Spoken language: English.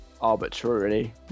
arbitrarily